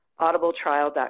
audibletrial.com